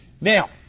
Now